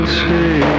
see